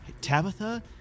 Tabitha